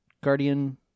Guardian